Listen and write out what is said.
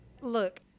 Look